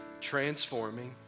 transforming